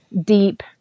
deep